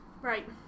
Right